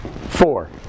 four